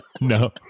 No